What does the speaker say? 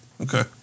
Okay